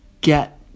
get